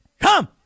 come